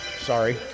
Sorry